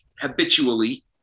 habitually